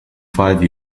five